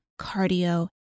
cardio